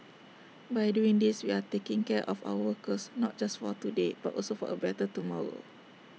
by doing these we are taking care of our workers not just for today but also for A better tomorrow